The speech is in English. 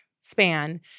span